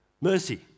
mercy